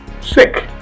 sick